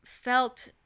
felt